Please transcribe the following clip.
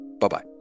Bye-bye